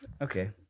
Okay